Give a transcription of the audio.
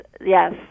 Yes